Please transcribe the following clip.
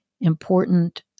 important